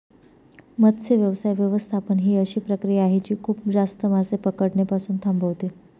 मत्स्य व्यवसाय व्यवस्थापन ही अशी प्रक्रिया आहे जी खूप जास्त मासे पकडणे पासून थांबवते